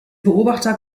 beobachter